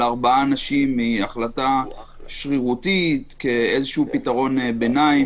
ארבעה אנשים היא החלטה שרירותית כאיזשהו פתרון ביניים.